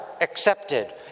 accepted